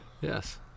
yes